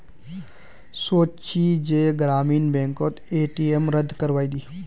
सोच छि जे ग्रामीण बैंकेर ए.टी.एम रद्द करवइ दी